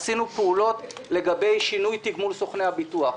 עשינו פעולות לגבי שינוי תגמול סוכני הביטוח.